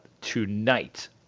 tonight